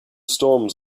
storms